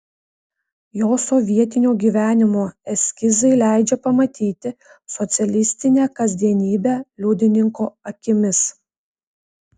jo sovietinio gyvenimo eskizai leidžia pamatyti socialistinę kasdienybę liudininko akimis